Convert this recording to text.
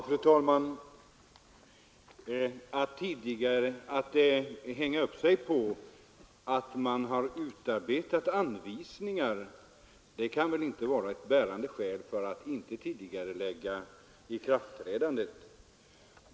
Fru talman! Den omständigheten att anvisningar har utarbetats kan väl inte vara ett bärande skäl för att inte tidigarelägga ikraftträdandet.